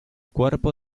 cuerpo